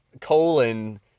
colon